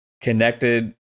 connected